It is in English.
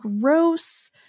gross